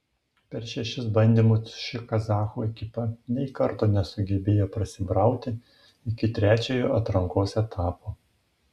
per šešis bandymus ši kazachų ekipa nei karto nesugebėjo prasibrauti iki trečiojo atrankos etapo